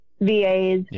VAs